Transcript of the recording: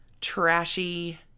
trashy